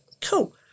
Cool